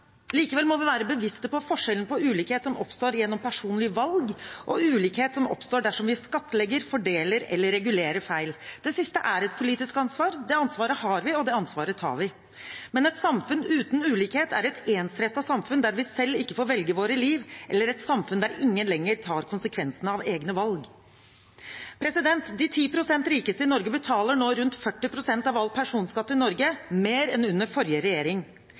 Likevel må vi være bevisste på forskjellen mellom ulikhet som oppstår gjennom personlige valg, og ulikhet som oppstår dersom vi skattlegger, fordeler eller regulerer feil. Det siste er et politisk ansvar. Det ansvaret har vi, og det ansvaret tar vi. Men et samfunn uten ulikhet er et ensrettet samfunn der vi selv ikke får velge vårt liv, eller et samfunn der ingen lenger tar konsekvensene av egne valg. De 10 pst. rikeste i Norge betaler nå rundt 40 pst. av all personskatt i Norge, mer enn under forrige regjering.